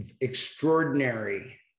extraordinary